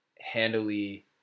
handily